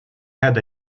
had